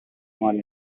small